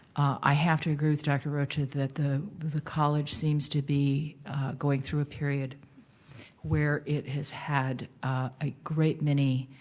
i have to agree with dr. rocha that the the college seems to be going through a period where it has had a great many